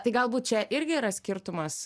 tai galbūt čia irgi yra skirtumas